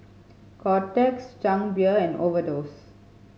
Kotex Chang Beer and Overdose